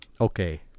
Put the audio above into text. Okay